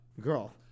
Girl